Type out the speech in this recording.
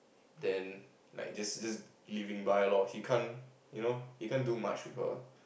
then like just just leaving by loh he can't you know he can't do much with a